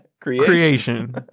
creation